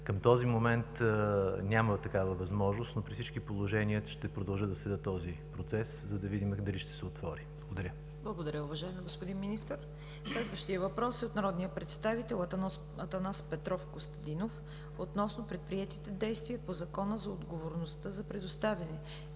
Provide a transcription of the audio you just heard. Към този момент няма такава възможност, но при всички положения ще продължа да следя този процес, за да видим дали ще се отвори. Благодаря. ПРЕДСЕДАТЕЛ ЦВЕТА КАРАЯНЧЕВА: Благодаря, уважаеми господин министър. Следващият въпрос от народния представител Атанас Петров Костадинов е относно предприетите действия по Закона за отговорността за предоставяне